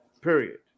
Period